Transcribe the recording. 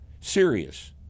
serious